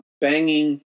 banging